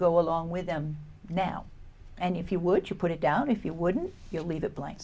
go along with them now and if you would you put it down if you wouldn't leave it blank